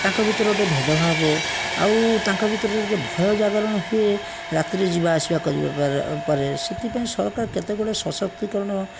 ତାଙ୍କ ଭିତରେ ଗୋଟେ ଭେଦଭାବ ଆଉ ତାଙ୍କ ଭିତରେ ଗୋଟେ ଭୟ ଜାଗରଣ ହୁଏ ରାତିରେ ଯିବାଆସିବା କରିବା ପରେ ସେଇଥିପାଇଁ ସରକାର କେତେଗୁଡ଼ିଏ ସଶକ୍ତିକରଣ